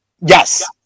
Yes